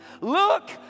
look